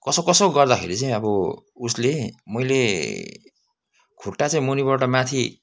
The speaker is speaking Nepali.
कसो कसो गर्दाखेरि चाहिँ अब उसले मैले खुट्टा चाहिँ मुनिबाट माथि